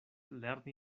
lerni